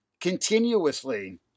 continuously